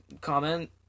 comment